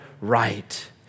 right